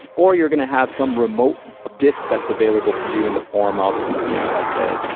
or you're going to have some remote disk that's available to you in the form of you know like a